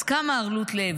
אז כמה ערלות לב,